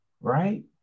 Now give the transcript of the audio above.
right